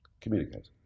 Communicate